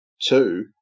two